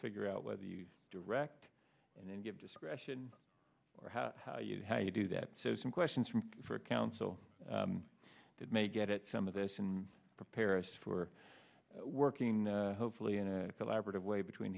figure out whether you direct and give discretion or how you how you do that so some questions from for a council that may get at some of this and prepare us for working hopefully in a collaborative way between